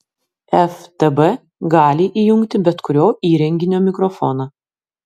ftb gali įjungti bet kurio įrenginio mikrofoną